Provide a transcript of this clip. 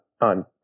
on